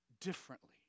differently